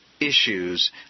Issues